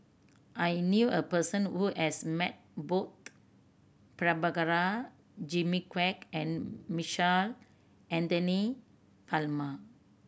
I knew a person who has met both Prabhakara Jimmy Quek and Michael Anthony Palmer